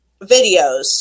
videos